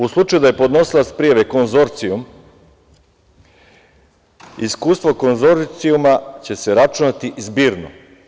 U slučaju da je podnosilac prijave konzorcijum, iskustvo konzorcijuma će se računati zbirno.